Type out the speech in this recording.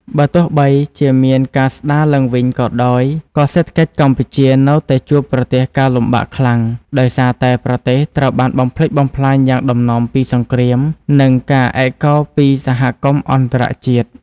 បើទោះបីជាមានការស្ដារឡើងវិញក៏ដោយ ក៏សេដ្ឋកិច្ចកម្ពុជានៅតែជួបប្រទះការលំបាកខ្លាំង ដោយសារតែប្រទេសត្រូវបានបំផ្លិចបំផ្លាញយ៉ាងដំណំពីសង្គ្រាម និងការឯកោពីសហគមន៍អន្តរជាតិ។